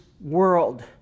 world